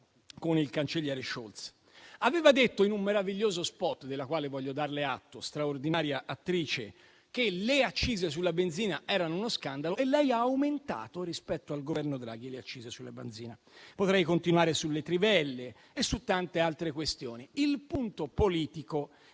con il cancelliere Scholz. Aveva detto in un meraviglioso *spot*, del quale voglio darle atto (straordinaria attrice), che le accise sulla benzina erano uno scandalo e lei ha aumentato, rispetto al Governo Draghi, le accise sulle benzina. Potrei continuare sulle trivelle e su tante altre questioni. Il punto politico